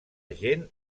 gent